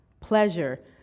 pleasure